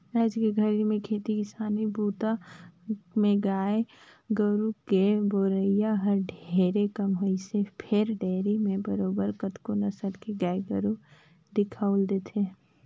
आयज के घरी में खेती किसानी बूता में गाय गोरु के बउरई हर ढेरे कम होइसे फेर डेयरी म बरोबर कतको नसल के गाय गोरु दिखउल देथे